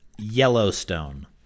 Yellowstone